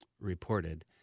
reported